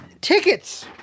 tickets